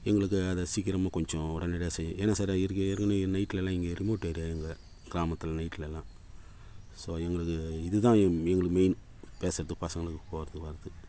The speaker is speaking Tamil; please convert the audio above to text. எங்களுக்கு அதை சீக்கிரமாக கொஞ்சம் உடனடியா செய் ஏன்னா சரி தான் ஏற்கே ஏற்கனவே இ நைட்லலாம் இங்கே ரிமோட்டு ஏரியா இங்கே கிராமத்தில் நைட்லலாம் ஸோ எங்களுக்கு இது தான் எ எங்களுக்கு மெயின் பேசுறதுக்கு பசங்களுக்கு போகிறதுக்கு வரது